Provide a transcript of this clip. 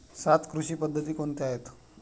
सात कृषी पद्धती कोणत्या आहेत?